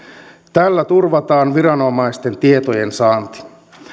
tällä turvataan viranomaisten tietojensaanti